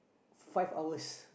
five hours